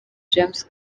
james